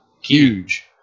huge